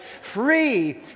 free